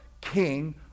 king